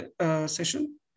session